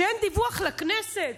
שאין דיווח לכנסת?